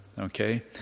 Okay